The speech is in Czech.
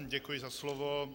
Děkuji za slovo.